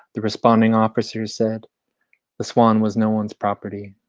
the responding officer said the swan was no one's property.